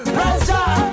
Pressure